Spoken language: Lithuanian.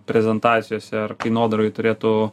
prezentacijose ar kainodaroj turėtų